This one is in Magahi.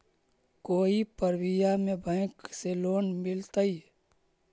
कोई परबिया में बैंक से लोन मिलतय?